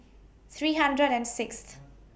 three hundred and Sixth